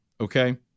okay